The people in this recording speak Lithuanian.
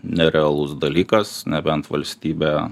nerealus dalykas nebent valstybė